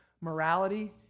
morality